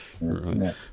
Right